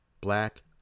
Black